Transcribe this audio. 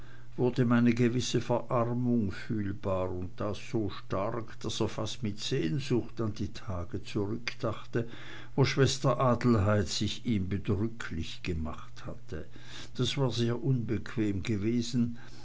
ihm eine gewisse verarmung fühlbar und das so stark daß er fast mit sehnsucht an die tage zurückdachte wo schwester adelheid sich ihm bedrücklich gemacht hatte das war sehr unbequem gewesen